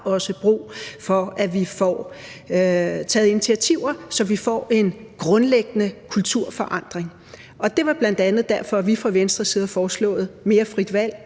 også brug for, at vi får taget initiativer, så vi får en grundlæggende kulturforandring. Det er bl.a. derfor, vi fra Venstres side har foreslået mere frit valg,